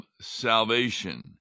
salvation